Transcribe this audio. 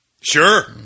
Sure